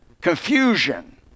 Confusion